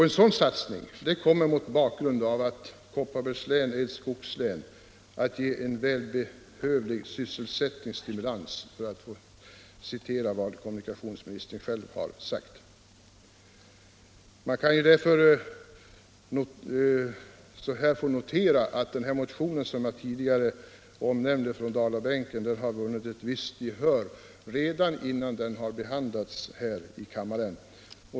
En sådan satsning kommer mot bakgrund av att Kopparbergs län är ett skogslän att — för att återge vad kommunikationsministern själv har sagt — ge en välbehövlig sysselsättningsstimulans. Låt mig också notera att den motion från Dalabänken som jag tidigare omnämnde har vunnit ett visst gehör redan innan den behandlats här i kammaren.